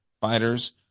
fighters